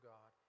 God